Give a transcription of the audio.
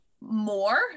more